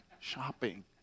shopping